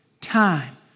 Time